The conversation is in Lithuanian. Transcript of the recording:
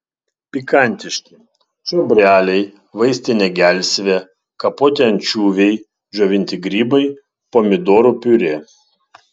pikantiški čiobreliai vaistinė gelsvė kapoti ančiuviai džiovinti grybai pomidorų piurė